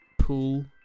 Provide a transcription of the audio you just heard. pool